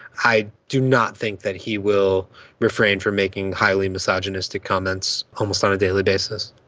i do not think that he will refrain from making highly misogynistic comments almost on a daily basis.